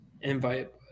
invite